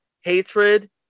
hatred